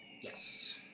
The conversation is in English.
Yes